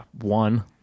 One